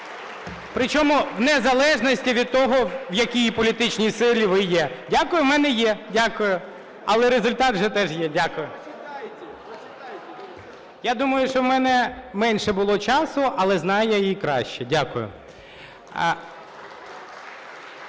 Причому в незалежності від того, в якій політичній силі ви є. Дякую, в мене є. Дякую. Але результат вже теж є. Дякую. Я думаю, що в мене менше було часу, але знаю я її краще. Дякую.